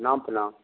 प्रणाम प्रणाम